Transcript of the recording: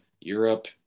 Europe